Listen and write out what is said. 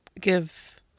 give